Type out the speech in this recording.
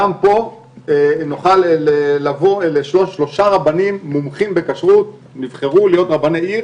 גם פה נוכל לבוא לשלושה רבנים מומחים בכשרות שנבחרו להיות רבני עיר